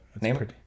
Name